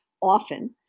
often